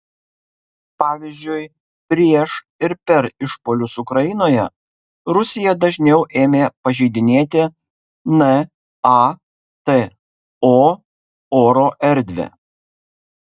pavyzdžiui prieš ir per išpuolius ukrainoje rusija dažniau ėmė pažeidinėti nato oro erdvę